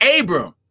Abram